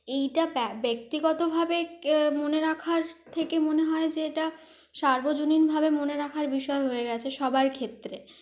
এটা ব্যক্তিগতভাবে মনে রাখার থেকে মনে হয় যে এটা সর্বজনীনভাবে মনে রাখার বিষয় হয়ে গিয়েছে সবার ক্ষেত্রে